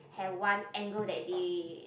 have one angle that day